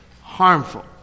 harmful